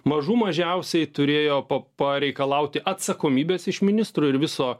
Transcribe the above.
mažų mažiausiai turėjo pareikalauti atsakomybės iš ministrų ir viso